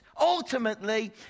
Ultimately